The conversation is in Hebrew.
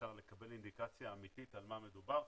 אפשר לקבל אינדיקציה אמיתית במה מדובר.